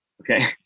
okay